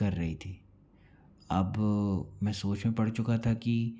कर रही थी अब मैं सोच में पड़ चुका था कि